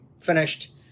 finished